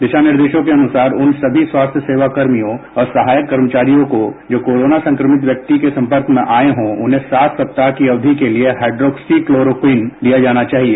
दिशा निर्देशों के अनुसार उन सभी स्वास्थ्य कर्मियों और सहायक कर्मचारियों को जो कोरोना संक्रमित व्यक्ति के संपर्क में आये हों उन्हें सात सप्ताह की अवधि के लिए हाड्रोक्सीक्लोरोक्वीन दिया जाना चाहिए